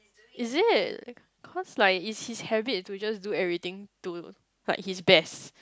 it is because like it his habit to just do everything to quite his best